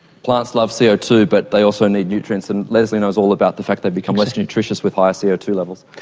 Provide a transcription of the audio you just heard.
plants love c o two, but they also need nutrients, and lesley knows all about the fact they become less nutritious with high c o two levels.